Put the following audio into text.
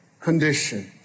condition